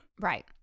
Right